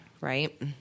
right